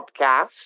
podcast